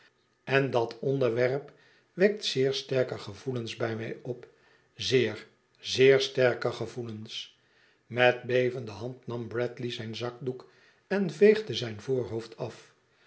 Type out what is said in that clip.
en dat onderwerp wekt zeer sterke gevoelens bij mij op zeer zeer sterke gevoelens met bevende hand nam bradley zijn zakdoek en veegde zijn voorhoofd af